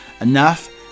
enough